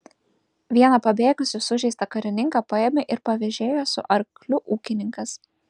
vieną pabėgusį sužeistą karininką paėmė ir pavėžėjo su arkliu ūkininkas